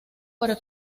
para